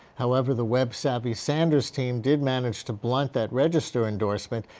however, the web-saavy sanders team did manage to blunt that register endorsement.